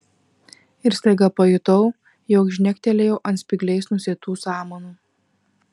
ir staiga pajutau jog žnektelėjau ant spygliais nusėtų samanų